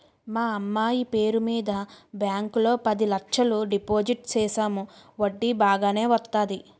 మా అమ్మాయి పేరు మీద బ్యాంకు లో పది లచ్చలు డిపోజిట్ సేసాము వడ్డీ బాగానే వత్తాది